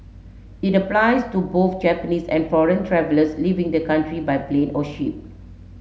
it applies to both Japanese and foreign travellers leaving the country by plane or ship